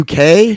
UK